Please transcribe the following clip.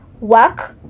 work